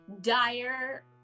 dire